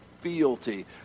fealty